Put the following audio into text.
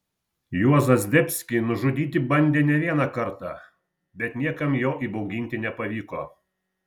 juozą zdebskį nužudyti bandė ne vieną kartą bet niekam jo įbauginti nepavyko